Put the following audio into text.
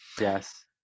yes